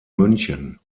münchen